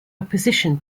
opposition